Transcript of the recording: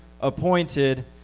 appointed